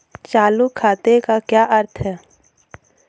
चालू खाते का क्या अर्थ है?